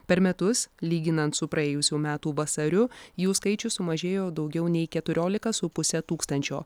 per metus lyginant su praėjusių metų vasariu jų skaičius sumažėjo daugiau nei keturiolika su puse tūkstančio